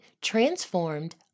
transformed